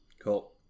Cool